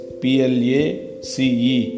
place